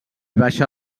baixa